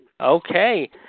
Okay